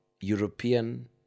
European